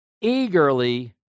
eagerly